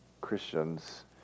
Christians